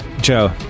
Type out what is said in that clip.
Joe